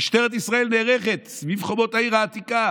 משטרת ישראל נערכת סביב חומות העיר העתיקה